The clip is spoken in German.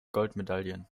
goldmedaillen